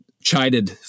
chided